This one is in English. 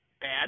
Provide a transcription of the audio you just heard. bad